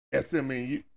SMU